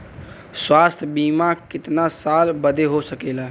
स्वास्थ्य बीमा कितना साल बदे हो सकेला?